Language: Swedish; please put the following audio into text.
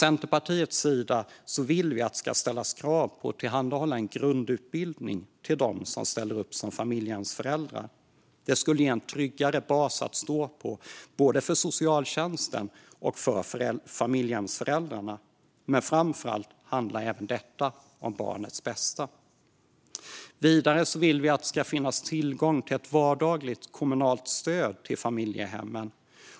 Centerpartiet vill att det ska ställas krav på att det tillhandahålls en grundutbildning till dem som ställer upp som familjehemsföräldrar. Det skulle ge en tryggare bas att stå på för både socialtjänst och familjehemsföräldrar, men framför allt handlar det även här om barnets bästa. Vidare vill vi att det ska finnas tillgång till ett vardagligt kommunalt stöd till familjehemmen.